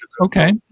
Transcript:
Okay